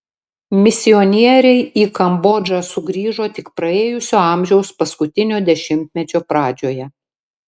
misionieriai į kambodžą sugrįžo tik praėjusio amžiaus paskutinio dešimtmečio pradžioje